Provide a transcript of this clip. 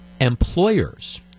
Employers